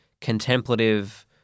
contemplative